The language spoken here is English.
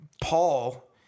Paul